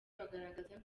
bagaragaza